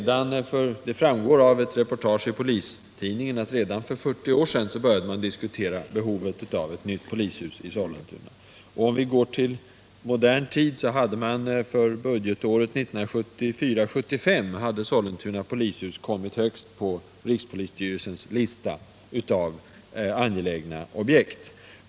Det framgår av ett reportage i Polistidningen att man redan för 40 år sedan började diskutera behovet av ett nytt polishus i Sollentuna. Om vi går till modern tid, så finner vi att för budgetåret 1974/75 hade Sollentuna polishus kommit högst på rikspolisstyrelsens lista över angelägna byggen.